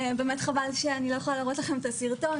באמת חבל שאני לא יכולה להראות לכם את הסרטון,